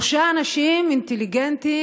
שלושה אנשים אינטליגנטים,